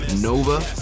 Nova